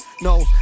No